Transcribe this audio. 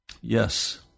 Yes